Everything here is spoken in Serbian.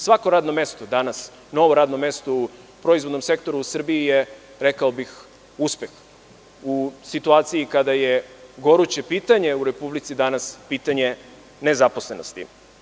Svako radno mesto danas, novo radno mesto u proizvodnom sektoru u Srbiji je uspeh u situaciji kada je goruće pitanje u Republici danas pitanje nezaposlenosti.